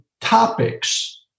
topics